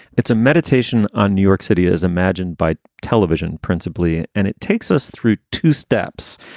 it's a meditation on new york city is imagined by television principally. and it takes us through two steps.